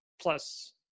plus